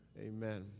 Amen